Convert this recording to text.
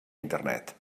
internet